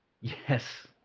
Yes